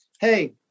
Hey